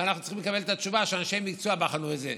ואנחנו צריכים לקבל את התשובה שאנשי מקצוע בחנו את זה.